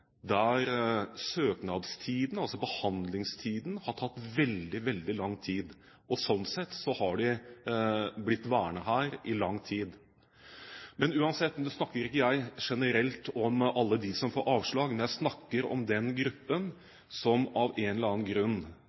der søknadstiden, altså behandlingstiden, har vært veldig, veldig lang. Sånn sett har de blitt værende her i lang tid. Men uansett: Nå snakker ikke jeg generelt om alle dem som får avslag, men jeg snakker om den gruppen som av en eller annen grunn